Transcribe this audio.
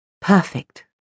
perfect